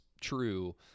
true